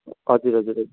हजुर हजुर हजुर